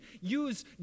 use